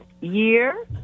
year